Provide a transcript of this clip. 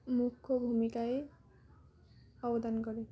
মুখ্য ভূমিকায় অবদান করে